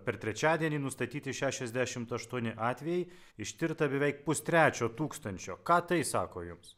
per trečiadienį nustatyti šešiasdešimt aštuoni atvejai ištirta beveik pustrečio tūkstančio ką tai sako jums